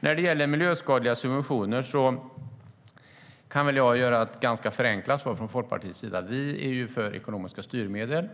När det gäller miljöskadliga subventioner kan jag ge ett ganska förenklat svar från Folkpartiets sida. Vi är för ekonomiska styrmedel.